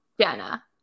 Jenna